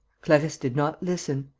clarisse did not listen,